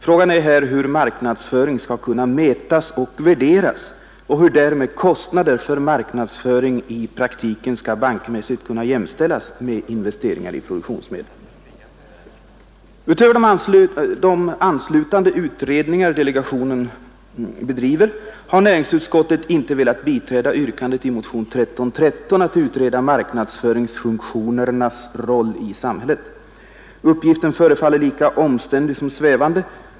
Frågan är hur marknadsföring skall kunna mätas och värderas, och hur därmed kostnader för marknadsföring i praktiken bankmässigt skall kunna jämställas med investeringar i produktionsmedel. Utöver hänvisning till de anslutande utredningar delegationen bedriver har näringsutskottet inte velat biträda yrkandet i motionen 1313 om utredning av marknadsföringsfunktionernas roll i samhället. Uppgiften förefaller lika omständlig som svävande.